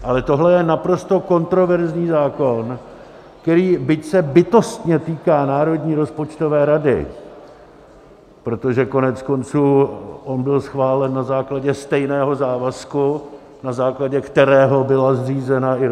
Ale tohle je naprosto kontroverzní zákon, který, byť se bytostně týká Národní rozpočtové rady protože koneckonců on byl schválen na základě stejného závazku, na základě kterého byla zřízena i rozpočtová rada.